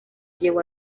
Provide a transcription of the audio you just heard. llevó